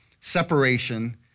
separation